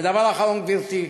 ודבר אחרון, גברתי,